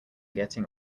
getting